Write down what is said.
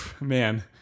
man